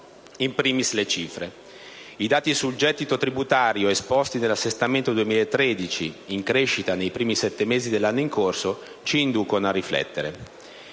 *In primis* le cifre: i dati sul gettito tributario, esposti nell'assestamento 2013, in crescita nei primi sette mesi dell'anno in corso, ci inducono a riflettere.